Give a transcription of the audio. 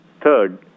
Third